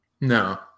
No